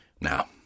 Now